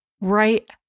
right